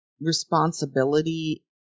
Responsibility